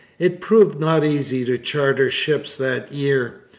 it proved not easy to charter ships that year.